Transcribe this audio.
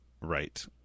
Right